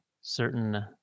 certain